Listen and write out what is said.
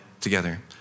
together